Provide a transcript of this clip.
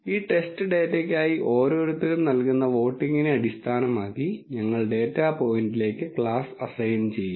ഈ ടെസ്റ്റ് ഡാറ്റയ്ക്കായി ഓരോരുത്തരും നൽകുന്ന വോട്ടിംഗിനെ അടിസ്ഥാനമാക്കി ഞങ്ങൾ ഡാറ്റാ പോയിന്റിലേക്ക് ക്ലാസ് അസൈൻ ചെയ്യും